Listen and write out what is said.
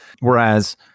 Whereas